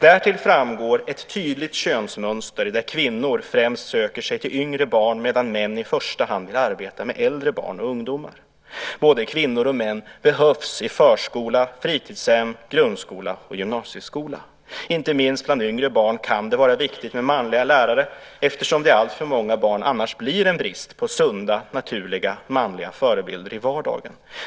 Därtill framgår ett tydligt könsmönster där kvinnor främst söker sig till yngre barn medan män i första hand vill arbeta med äldre barn och ungdomar. Både kvinnor och män behövs i förskola, fritidshem, grundskola och gymnasieskola. Inte minst bland yngre barn kan det vara viktigt med manliga lärare eftersom det för alltför många barn annars blir en brist på sunda, naturliga manliga förebilder i vardagen.